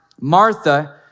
Martha